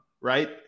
right